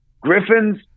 Griffin's